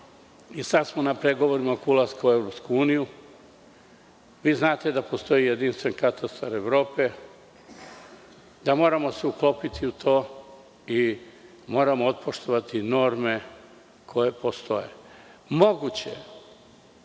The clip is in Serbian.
i sada smo na pregovorima oko ulaska u EU. Vi znate da postoji Jedinstven katastar Evrope, da se moramo uklopiti u to i moramo otpoštovati norme koje postoje. Moguće da